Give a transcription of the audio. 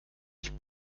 ich